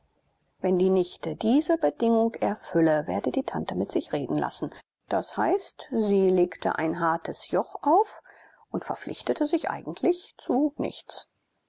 wenn die nichte diese bedingung erfülle werde die tante mit sich reden lassen d h sie legte ein hartes joch auf und verpflichtete sich eigentlich zu nichts